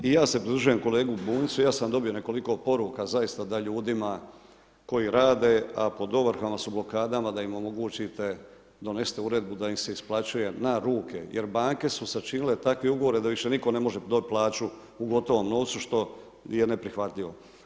I ja se produžujem kolegi Bunjcu, ja sam dobio nekoliko poruka, zaista da ljudima koji rade a pod ovrhama su blokadama da im omogućite, donesite uredbu da im se isplaćuje na ruke jer banke su sačinile takve ugovore da više niko ne može dobit plaću u gotovom novcu što je neprihvatljivo.